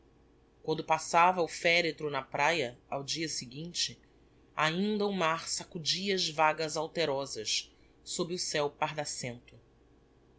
quando passava o feretro na praia ao dia seguinte ainda o mar sacudia as vagas alterosas sob o ceu